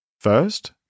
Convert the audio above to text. First